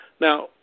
now